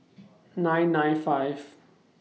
nine nine five